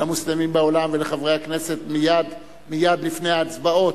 למוסלמים בעולם ולחברי הכנסת, מייד לפני ההצבעות: